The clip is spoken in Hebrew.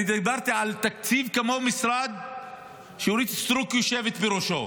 אני דיברתי על תקציב כמו של המשרד שאורית סטרוק ישבה בראשו,